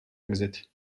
exit